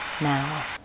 now